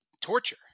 torture